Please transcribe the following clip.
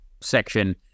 section